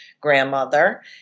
grandmother